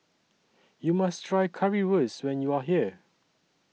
YOU must Try Currywurst when YOU Are here